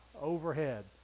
overhead